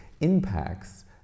impacts